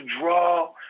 draw